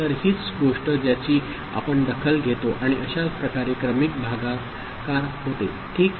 तर हीच गोष्ट ज्याची आपण दखल घेतो आणि अशाच प्रकारे क्रमिक भागाकारहोते ठीक